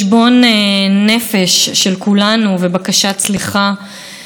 ואולי לעצור את השנה האחרונה, את הממשלה,